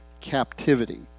captivity